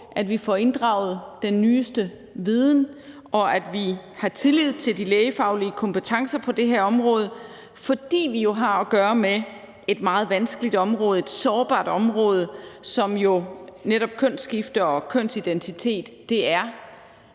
at vi får inddraget den nyeste viden, og at vi har tillid til de lægefaglige kompetencer på det her område, fordi vi jo har at gøre med et meget vanskeligt område, et sårbart område, som kønsskifte og kønsidentitet jo er.